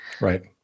right